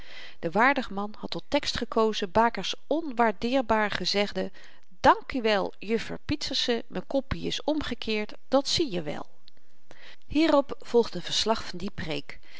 de waardige man had tot tekst gekozen baker's onwaardeerbaar gezegde dankie wel juffre pieterse m'n koppie is omgekeerd dat zieje wel hierop volgt n verslag van die preek